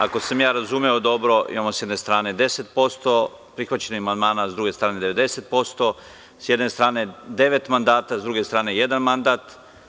Ako sam ja razumeo dobro, imamo s jedne strane 10% prihvaćenih amandmana, a s druge strane 90%, s jedne strane devet mandata, a s druge strane jedan mandat.